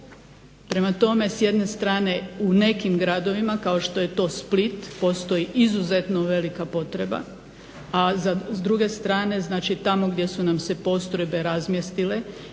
Prema tome s jedne strane u nekim gradovima kao što je to Split postoji izuzetno velika potreba, a s druge strana tamo gdje su nam se postrojbe razmjestile